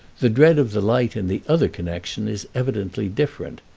the dread of the light in the other connection is evidently different,